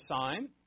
sign